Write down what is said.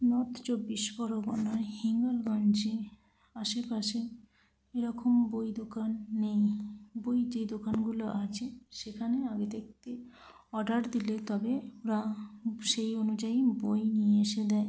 north চব্বিশ পরগনায় হিঙ্গলগঞ্জে আশেপাশে এরকম বই দোকান নেই বই যে দোকানগুলো আছে সেখানে আগে থাকতে অর্ডার দিলে তবে ওরা সেই অনুযায়ী বই নিয়ে এসে দেয়